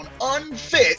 unfit